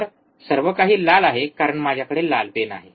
तर सर्व काही लाल आहे कारण माझ्याकडे लाल पेन आहे